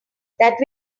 that